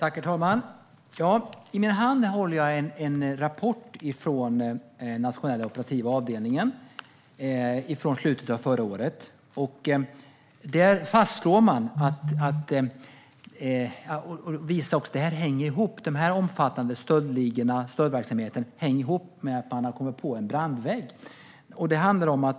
Herr talman! I min hand håller jag en rapport från Nationella operativa avdelningen från slutet av förra året. Där fastslår man att det här hänger ihop - den omfattande stöldverksamheten hänger ihop med att man har skapat en brandvägg. Det handlar om